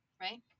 Right